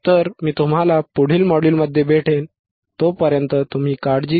तर मी तुम्हाला पुढील मॉड्यूलमध्ये भेटेन तोपर्यंत काळजी घ्या